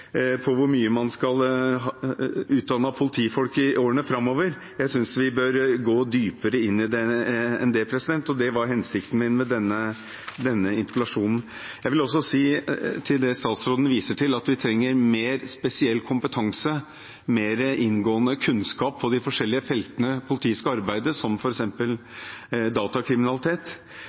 utdanne i årene framover. Jeg synes vi bør gå dypere inn i det enn det, og det var hensikten min med denne interpellasjonen. Jeg vil også si, når statsråden viser til at vi trenger mer spesialkompetanse, mer inngående kunnskap på de forskjellige feltene som politiet skal arbeide med, f.eks. datakriminalitet,